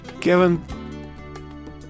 Kevin